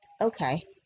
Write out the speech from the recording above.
Okay